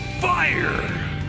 fire